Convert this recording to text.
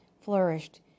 flourished